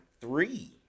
three